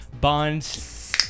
Bonds